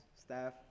staff